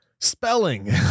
spelling